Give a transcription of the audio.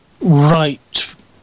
Right